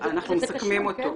אנחנו מסכמים אותו.